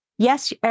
Yes